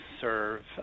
serve